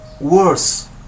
worse